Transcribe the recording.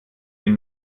den